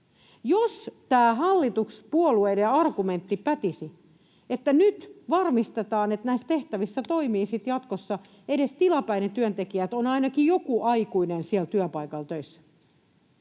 Jos tämä hallituspuolueiden argumentti pätisi, että nyt varmistetaan, että näissä tehtävissä toimii siten jatkossa edes tilapäinen työntekijä niin että on ainakin joku aikuinen siellä työpaikalla töissä,